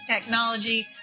technology